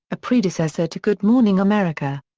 a predecessor to good morning america.